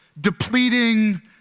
depleting